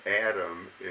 Adam